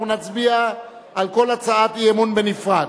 אנחנו נצביע על כל הצעת אי-אמון בנפרד.